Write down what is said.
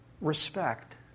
respect